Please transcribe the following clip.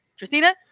Tristina